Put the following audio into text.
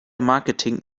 marketing